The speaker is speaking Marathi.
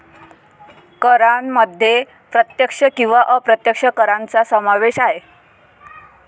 करांमध्ये प्रत्यक्ष किंवा अप्रत्यक्ष करांचा समावेश आहे